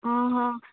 आं हां